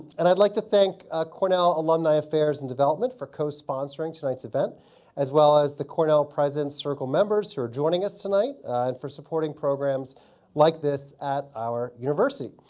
and i'd like to thank cornell alumni affairs and development for cosponsoring tonight's event as well as the cornell president's circle members who are joining us tonight and for supporting programs like this at our university.